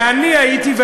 זה אני הייתי,